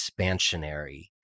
expansionary